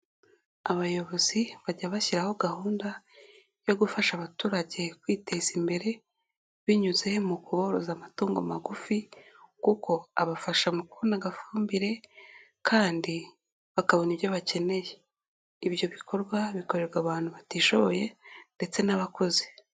Abayobozi bajya bashyiraho gahunda yo gufasha abaturage kwiteza imbere, binyuze mu kuboroza amatungo magufi kuko abafasha mu kubona agafumbire kandi bakabona ibyo bakeneye, ibyo bikorwa bikorerwa abantu batishoboye ndetse n'abakozi.